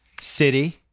city